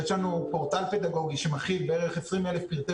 יש לנו פורטל פדגוגי שמכיל בערך 20,000 פרטי